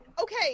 Okay